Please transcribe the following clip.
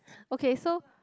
okay so